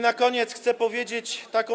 Na koniec chcę powiedzieć tak.